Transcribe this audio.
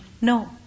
No